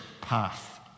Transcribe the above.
path